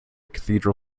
cathedral